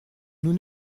nous